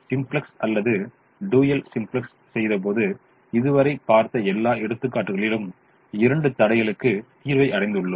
simplex அல்லது dual simplex செய்தபோது இதுவரை பார்த்த எல்லா எடுத்துக்காட்டுகளிலும் 2 தடைகளுக்கு தீர்வை அடைந்துள்ளோம்